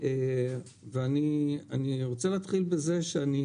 אני רוצה להתחיל בזה שאני